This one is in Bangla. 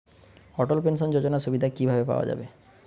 অটল পেনশন যোজনার সুবিধা কি ভাবে পাওয়া যাবে?